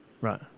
Right